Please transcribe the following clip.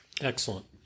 Excellent